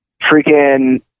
freaking